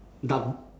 dark